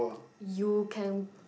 you can